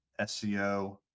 SEO